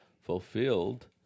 fulfilled